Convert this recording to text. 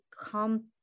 come